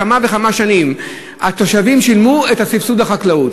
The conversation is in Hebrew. במשך כמה שנים התושבים שילמו את הסבסוד לחקלאות.